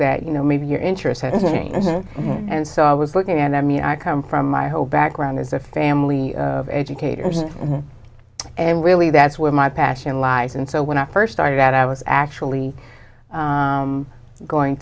that you know maybe you're interested and so i was looking and i mean i come from my whole background as a family of educators and really that's where my passion lies and so when i first started out i was actually going